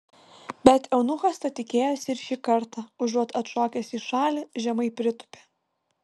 bet eunuchas to tikėjosi ir šį kartą užuot atšokęs į šalį žemai pritūpė